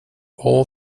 all